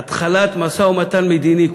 התחלת משא-ומתן מדיני.